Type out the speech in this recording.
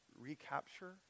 recapture